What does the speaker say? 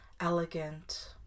elegant